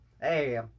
Hey